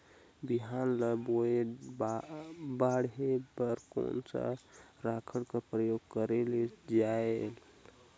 बिहान ल बोये बाढे बर कोन सा राखड कर प्रयोग करले जायेल?